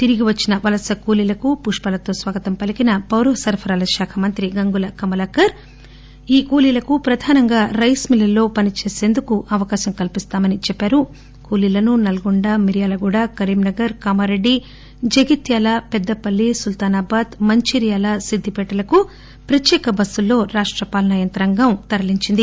తిరిగి వచ్చిన వలస కూలీలకు పుష్పాలతో స్వాగతం పలీకిన పౌర సరఫరాల శాఖ మంత్రి గంగుల కమలాకర్ ఈ కూలీలకు ప్రదానంగా రైస్ మిల్లులలో పనిచేసేందుకు అవకాశం కల్పిస్తామని కరీంనగర్ కామారెడ్డి జగిత్యాల పెద్దపల్లి సుల్తానాబాద్ మంచిర్యాల సిద్దిపే ట లను ప్రత్యేక బస్సులలో రాష్ట పాలనా యంత్రాంగం తరలీంచింది